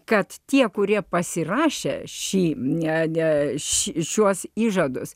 kad tie kurie pasirašė šį netgi šiuos įžadus